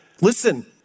Listen